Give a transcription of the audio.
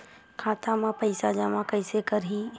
खाता म पईसा जमा कइसे करही?